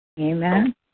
Amen